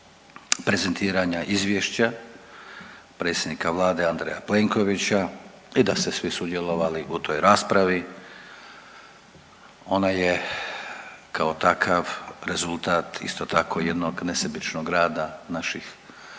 prezentiranja izvješća predsjednika Vlade Andreja Plenkovića i da ste svi sudjelovali u toj raspravi, ona je kao takav rezultat isto tako jednog nesebičnog rada naših